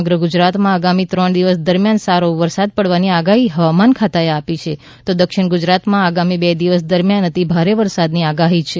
સમગ્ર ગુજરાત માં આગામી ત્રણ દિવસ દરમ્યાન સારો વરસાદ પાડવાની આગાઠી હવામાન ખાતા એ આપી છે તો દક્ષિણ ગુજરાત માં આગામી બે દિવસ દરમ્યાન અતિ ભારે વરસાદ ની આગાહી છે